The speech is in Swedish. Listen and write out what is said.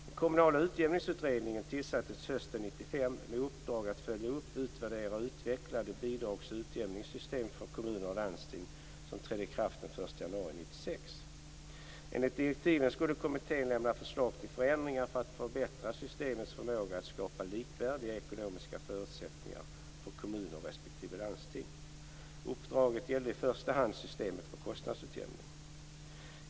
Den kommunala utjämningsutredningen tillsattes hösten 1995 med uppdrag att följa upp, utvärdera och utveckla det bidrags och utjämningssystem för kommuner och landsting som trädde i kraft den 1 januari 1996. Enligt direktiven skulle kommittén lämna förslag till förändringar för att förbättra systemets förmåga att skapa likvärdiga ekonomiska förutsättningar för kommuner respektive landsting. Uppdraget gällde i första hand systemet för kostnadsutjämning.